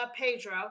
Pedro